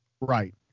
Right